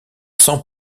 sans